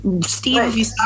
Steve